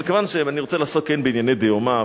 אבל כיוון שאני רוצה לעסוק בענייני דיומא,